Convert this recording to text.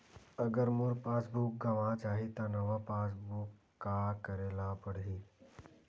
अगर मोर passbook गवां जाहि त नवा पास बुक बर का करे ल पड़हि?